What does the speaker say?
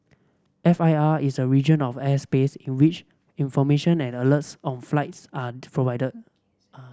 F I R is a region of airspace in which information and alerts on flights are